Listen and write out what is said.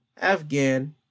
Afghan